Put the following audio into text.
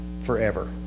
forever